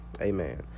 amen